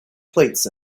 plates